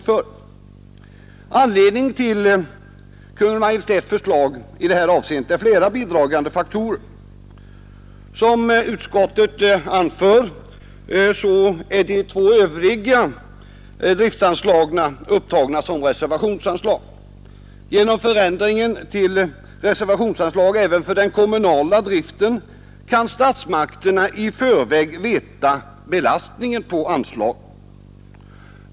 Flera faktorer har bidragit till att Kungl. Maj:t föreslagit att anslaget uppförs som reservationsanslag. Som utskottet anför är de två övriga driftanslagen upptagna som reservationsanslag. Genom förändringen till reservationsanslag även av anslaget till driften av kommunala vägar och gator kan statsmakterna i förväg få kännedom om belastningen på anslaget.